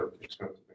expensive